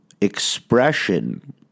expression